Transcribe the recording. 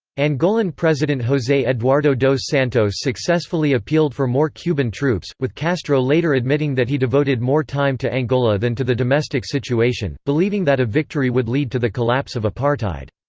angolan president jose eduardo dos santos successfully appealed for more cuban troops, with castro later admitting that he devoted more time to angola than to the domestic situation, believing that a victory would lead to the collapse of apartheid.